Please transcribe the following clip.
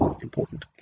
important